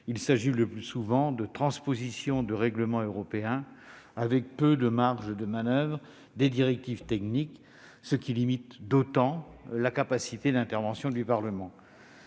s'agissant le plus souvent de transpositions de règlements européens avec peu de marges de manoeuvre ou de directives techniques, ce qui limite d'autant la capacité d'intervention du Parlement.